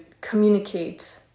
communicate